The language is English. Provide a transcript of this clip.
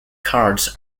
cards